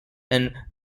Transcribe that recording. and